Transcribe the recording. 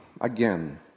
Again